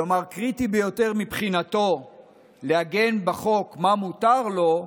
כלומר, קריטי ביותר מבחינתו לעגן בחוק מה מותר לו,